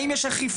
האם יש אכיפה?